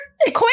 Queen